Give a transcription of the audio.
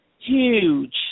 Huge